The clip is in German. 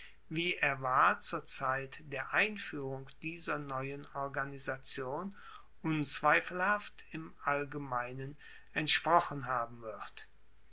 wie er war zur zeit der einfuehrung dieser neuen organisation unzweifelhaft im allgemeinen entsprochen haben wird